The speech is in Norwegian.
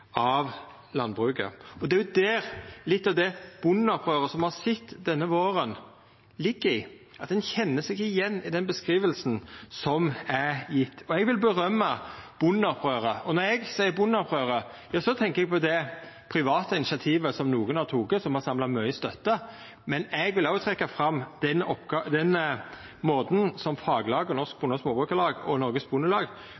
av landbruket. Det er der litt av det bondeopprøret som me har sett denne våren, ligg, at ein kjenner seg ikkje igjen i den beskrivinga som vert gjeven. Eg vil rosa bondeopprøret, og når eg seier bondeopprøret, tenkjer eg på det private initiativet som nokon har teke, og som har samla mykje støtte. Men eg vil òg trekkja fram måten som faglaga, Norsk Bonde- og Småbrukarlag og